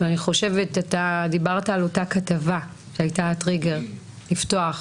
אתה דיברת על אותה כתבה שהייתה הטריגר לפתוח,